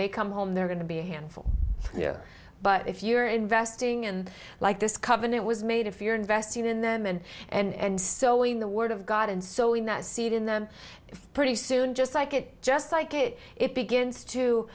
they come home they're going to be a handful but if you're investing and like this covenant was made if you're investing in them and and sowing the word of god and so in that seed in them pretty soon just like it just like it it begins to